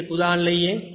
તેથી એક ઉદાહરણ લઈએ